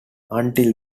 until